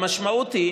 המשמעות היא